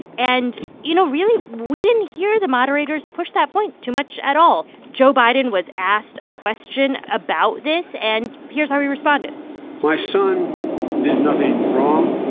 and, you know, really, we didn't hear the moderators push that point too much at all. joe biden was asked a question about this, and here's how he responded my son did nothing wrong.